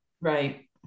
Right